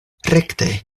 rekte